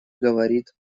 говорит